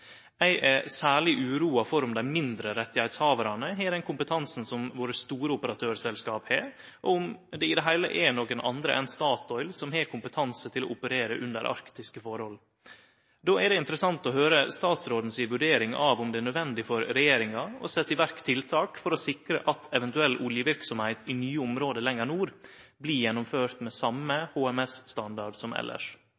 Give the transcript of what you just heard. Eg er særleg uroa for om dei mindre rettshavarane har den kompetansen som våre store operatørselskap har, og om det i det heile er nokon andre enn Statoil som har kompetanse til å operere under arktiske forhold. Då er det interessant å høyre statsråden si vurdering av om det er nødvendig for regjeringa å setje i verk tiltak for å sikre at eventuell oljeverksemd i nye område lenger nord blir gjennomført med